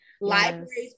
Libraries